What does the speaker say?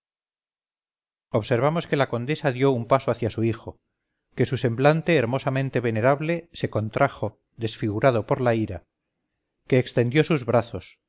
observamos que la condesa dio un paso hacia su hijo que su semblante hermosamente venerable se contrajo desfigurado por la ira que extendió sus brazos